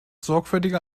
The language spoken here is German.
sorgfältiger